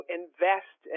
invest